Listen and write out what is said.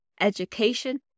Education